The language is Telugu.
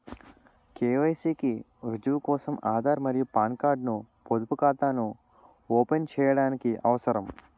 కె.వై.సి కి రుజువు కోసం ఆధార్ మరియు పాన్ కార్డ్ ను పొదుపు ఖాతాను ఓపెన్ చేయడానికి అవసరం